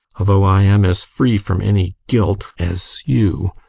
although i am as free from any guilt as you!